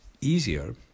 easier